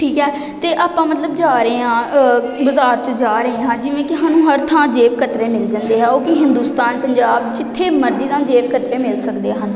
ਠੀਕ ਹੈ ਅਤੇ ਆਪਾਂ ਮਤਲਬ ਜਾ ਰਹੇ ਹਾਂ ਅ ਬਜ਼ਾਰ 'ਚ ਜਾ ਰਹੇ ਹਾਂ ਜਿਵੇਂ ਕਿ ਸਾਨੂੰ ਹਰ ਥਾਂ ਜੇਬ ਕਤਰੇ ਮਿਲ ਜਾਂਦੇ ਹੈ ਓਹ ਕਿ ਹਿੰਦੋਸਤਾਨ ਪੰਜਾਬ ਜਿੱਥੇ ਮਰਜ਼ੀ ਜਾਣ ਜੇਬ ਕਤਰੇ ਮਿਲ ਸਕਦੇ ਹਨ